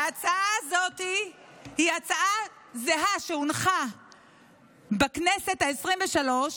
ההצעה הזאת זהה להצעה שהונחה בכנסת העשרים-ושלוש